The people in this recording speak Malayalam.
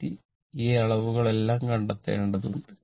പൊളാരിറ്റി ഈ അളവുകളെല്ലാം കണ്ടെത്തേണ്ടതുണ്ട്